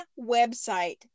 website